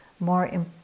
more